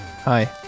Hi